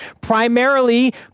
primarily